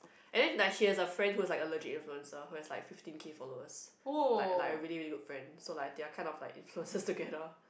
and then like she has a friend who is like a legit influencer who has like fifty K followers like like a really really good friend so like they are kind of like influencers together